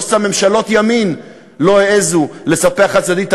לא סתם ממשלות ימין לא העזו לספח חד-צדדית את